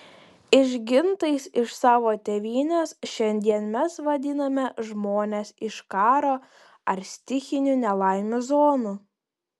išgintais iš savo tėvynės šiandien mes vadiname žmones iš karo ar stichinių nelaimių zonų